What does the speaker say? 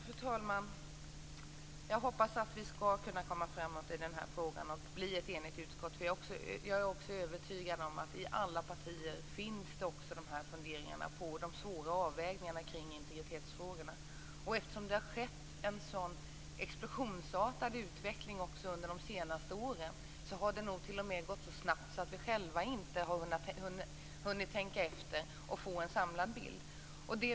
Fru talman! Jag hoppas att vi skall kunna komma framåt i frågan och få ett enigt utskott. Jag är också övertygad om att det i alla partier finns funderingar på de svåra avvägningarna kring integritetsfrågorna. Eftersom det har varit en sådan explosionsartad utveckling under de senaste åren har vi själva inte hunnit tänka efter och få en samlad bild.